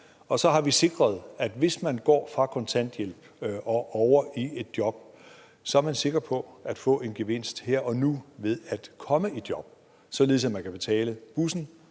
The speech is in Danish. og så har vi sikret, at hvis man går fra kontanthjælp og over i et job, er man sikker på at få en gevinst her og nu ved at komme i job, således at man kan betale bussen,